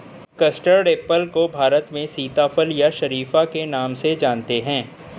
custard apple को भारत में सीताफल या शरीफा के नाम से जानते हैं